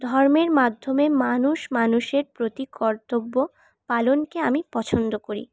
ধর্মের মাধ্যমে মানুষ মানুষের প্রতি কর্তব্য পালনকে আমি পছন্দ করি